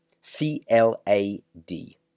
C-L-A-D